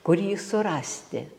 kur jį surasti